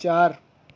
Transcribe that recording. چار